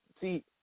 see